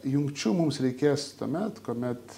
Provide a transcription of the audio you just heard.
jungčių mums reikės tuomet kuomet